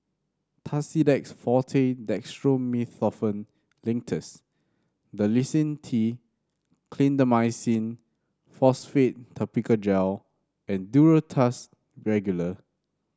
Tussidex Forte Dextromethorphan Linctus Dalacin T Clindamycin Phosphate Topical Gel and Duro Tuss Regular